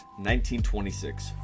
1926